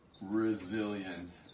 Resilient